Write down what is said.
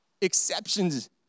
exceptions